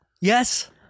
Yes